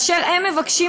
והם מבקשים,